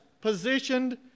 positioned